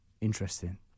interesting